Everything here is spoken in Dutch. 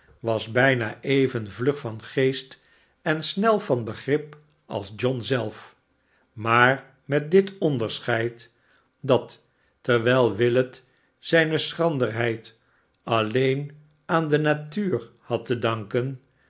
was bijna even vlug van geest en snel van begrip als john zelf maar met dit onderscheid dat terwijl willet zijne schranderheid alleen aan de natuur had te danken